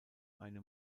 eine